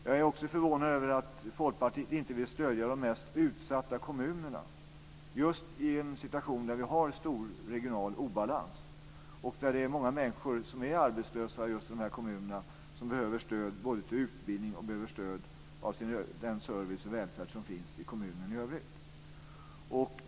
Jag är också förvånad över att Folkpartiet inte vill stödja de mest utsatta kommunerna, i en situation där vi har stor regional obalans och där många arbetslösa människor i dessa kommuner behöver både stöd till utbildning och stöd av den service och välfärd som finns i kommunen i övrigt.